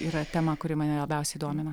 yra tema kuri mane labiausiai domina